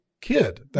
kid